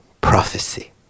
prophecy